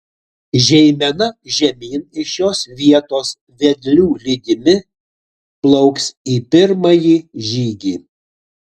žeimena žemyn iš šios vietos vedlių lydimi plauks į pirmąjį žygį